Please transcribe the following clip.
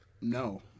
No